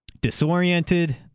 disoriented